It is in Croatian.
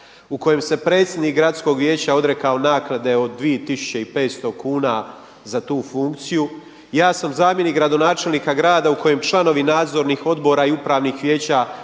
u kojem se predsjednik gradskog vijeća odrekao naknade od 2500 kuna za tu funkciju. Ja sam zamjenik gradonačelnika grada u kojem članovi nadzornih odbora i upravnih vijeća